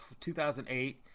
2008